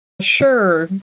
Sure